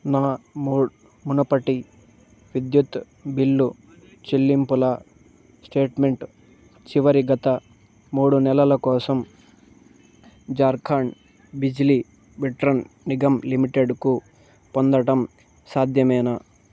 నా ము మునపటి విద్యుత్ బిల్లు చెల్లింపుల స్టేట్మెంట్ చివరి గత మూడు నెలలు కోసం జార్ఖండ్ బిజిలి విట్రాన్ నిగమ్ లిమిటెడ్కు పొందడం సాధ్యమేనా